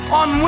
on